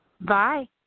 Bye